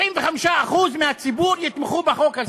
מי שמתנגד לחוק הזה